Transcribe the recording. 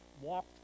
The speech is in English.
walked